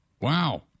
Wow